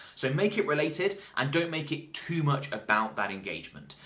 so make it related and don't make it too much about that engagement.